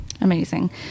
Amazing